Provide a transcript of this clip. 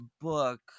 book